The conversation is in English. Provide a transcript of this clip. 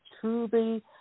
truly